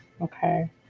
okay